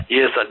Yes